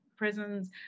prisons